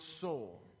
soul